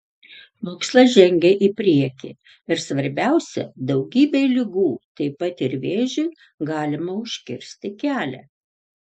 mokslas žengia į priekį ir svarbiausia daugybei ligų taip pat ir vėžiui galima užkirsti kelią